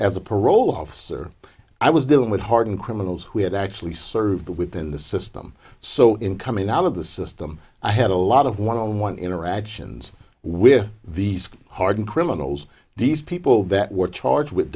as a parole officer i was doing with hardened criminals we had actually so the within the system so in coming out of the system i had a lot of one on one interactions with these hardened criminals these people that were charged with